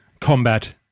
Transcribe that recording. combat